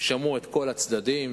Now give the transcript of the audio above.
שמעו את כל הצדדים